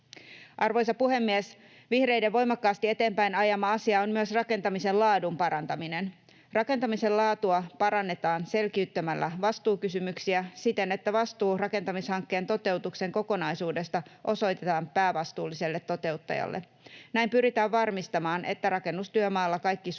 Arvoisa puhemies! Vihreiden voimakkaasti eteenpäin ajama asia on myös rakentamisen laadun parantaminen. Rakentamisen laatua parannetaan selkiyttämällä vastuukysymyksiä siten, että vastuu rakentamishankkeen toteutuksen kokonaisuudesta osoitetaan päävastuulliselle toteuttajalle. Näin pyritään varmistamaan, että rakennustyömaalla kaikki sujuu